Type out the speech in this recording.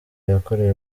yakoreye